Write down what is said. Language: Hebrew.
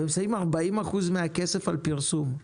ומוציאים 40% מהכסף על פרסום,